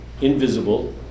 invisible